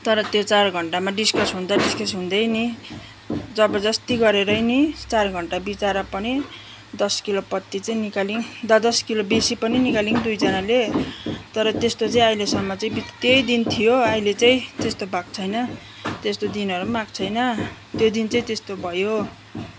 तर त्यो चार घन्टामा डिस्कस हुँदै डिस्कस हुँदै नि जबरजस्ती गरेरै नि चार घन्टा बिताएर पनि दस किलो पत्ती चाहिँ निकाल्यौँ द दस किलो बेसी पनि निकाल्यौँ दुईजनाले तर त्यस्तो चाहिँ अहिलेसम्म चाहिँ त्यही दिन थियो अहिले चाहिँ त्यस्तो भएको छैन त्यस्तो दिनहरू पनि आएको छैन त्यो दिन चाहिँ त्यस्तो भयो